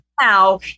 now